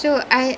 ya